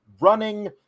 running